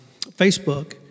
Facebook